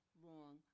wrong